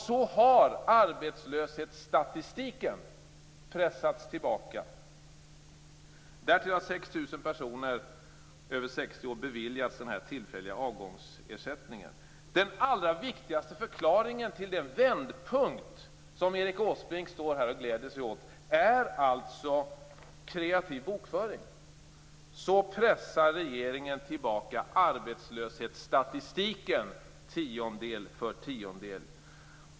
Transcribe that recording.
Så har arbetslösheten i statistiken pressats tillbaka. Därtill har 6 000 personer över 60 år beviljats en tillfällig avgångsersättning. Den allra viktigaste förklaringen till den vändpunkt som Erik Åsbrink gläder sig år är alltså kreativ bokföring. Så pressar regeringen tillbaka arbetslösheten i statistiken tiondel för tiondel.